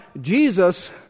Jesus